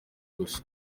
gusa